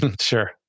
Sure